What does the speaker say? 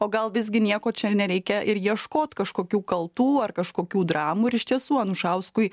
o gal visgi nieko čia ir nereikia ir ieškot kažkokių kaltų ar kažkokių dramų ir iš tiesų anušauskui